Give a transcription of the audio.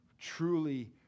truly